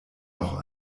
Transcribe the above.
noch